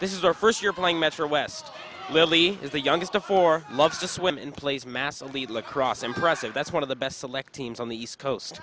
this is their first year playing measure west lily is the youngest of four loves to swim and plays massively lacrosse impressive that's one of the best selectees on the east coast